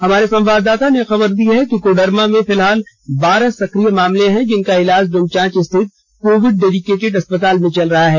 हमारे संवाददाता ने खबर दी है कि कोडरमा में फिलहाल बारह सक्रिय मामले हैं जिनका इलाज डोमचांच स्थित कोविड डेडिकेटेड अस्पताल में चल रहा है